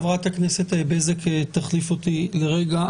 חברת הכנסת בזק תחליף אותי לרגע.